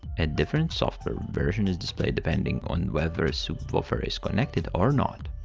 a different software version is displayed depending on whether ah soup buffer is connected or not.